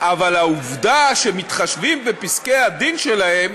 אבל העובדה שמתחשבים בפסקי-הדין שלהם